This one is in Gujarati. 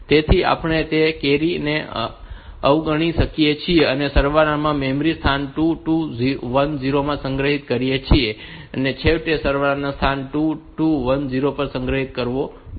તેથી આપણે તે કેરી ને અવગણી શકીએ છીએ અને સરવાળાને મેમરી સ્થાન 2 2 1 0 પર સંગ્રહિત કરીએ છીએ અને છેવટે સરવાળાને સ્થાન 2 2 1 0 પર સંગ્રહિત કરવો પડશે